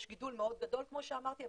יש גידול מאוד גדול כמו שאמרתי,